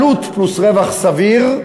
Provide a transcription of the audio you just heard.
עלות פלוס רווח סביר,